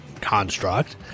Construct